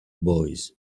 boys